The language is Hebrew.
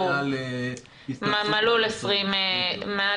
כנס של יותר מ-20 איש.